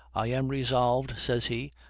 i am resolved, says he,